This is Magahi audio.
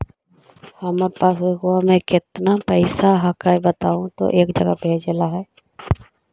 हमार पासबुकवा में अभी कितना पैसावा हक्काई बताहु तो एक जगह भेजेला हक्कई?